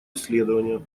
исследования